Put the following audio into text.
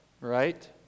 right